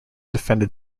defended